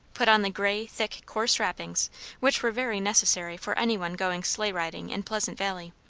put on the grey, thick, coarse wrappings which were very necessary for any one going sleigh-riding in pleasant valley,